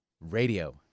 radio